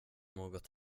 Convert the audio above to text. något